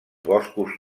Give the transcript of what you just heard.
boscos